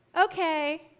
Okay